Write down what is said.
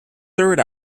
third